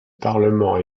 parlement